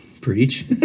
Preach